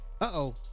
Uh-oh